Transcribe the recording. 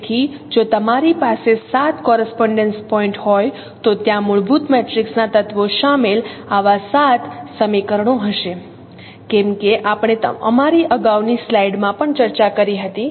તેથી જો તમારી પાસે 7 કોરસ્પોન્ડેન્સ પોઇન્ટ હોય તો ત્યાં મૂળભૂત મેટ્રિક્સના તત્વો શામેલ આવા 7 સમીકરણો હશે કેમ કે આપણે અમારી અગાઉની સ્લાઇડ માં પણ ચર્ચા કરી હતી